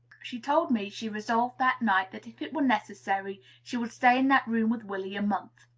she told me she resolved that night that, if it were necessary, she would stay in that room with willy a month.